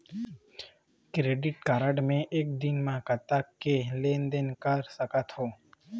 Credit card मे एक दिन म कतक के लेन देन कर सकत हो?